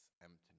emptiness